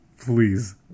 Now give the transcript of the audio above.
Please